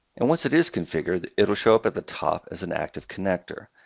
and once it is configured, it'll show up at the top as an active connector.